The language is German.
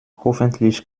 hoffentlich